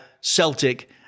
Celtic